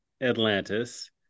atlantis